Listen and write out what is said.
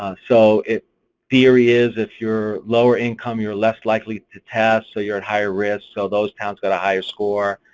ah so theory is if you're lower income, you're less likely to test so you're at higher risk, so those towns got a higher score.